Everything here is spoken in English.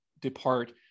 depart